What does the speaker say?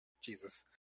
Jesus